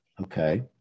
Okay